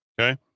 okay